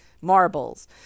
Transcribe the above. marbles